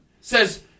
says